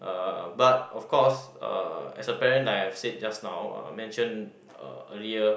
uh but of course uh as a parent like I've said just now uh mention uh earlier